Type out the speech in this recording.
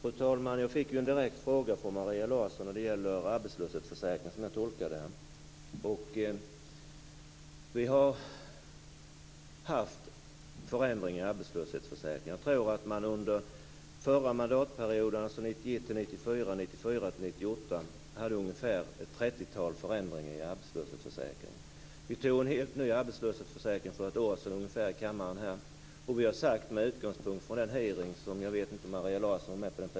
Fru talman! Jag fick en direkt fråga av Maria och 1994-1998 - skedde det ungefär ett trettiotal förändringar i arbetslöshetsförsäkringen. Vi antog en helt ny arbetslöshetsförsäkring här i kammaren för ett år sedan. För någon vecka sedan hade vi hearing om arbetslöshetsförsäkringen.